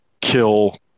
kill